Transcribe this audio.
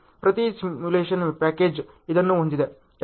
ಪ್ರತಿ simulation package ಇದನ್ನು ಹೊಂದಿದೆ